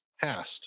past